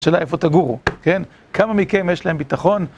שאלה איפה תגורו, כן? כמה מכם יש להם ביטחון?